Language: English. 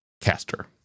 caster